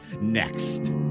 Next